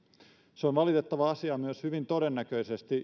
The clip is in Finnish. se on valitettava asia hyvin todennäköisesti